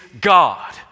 God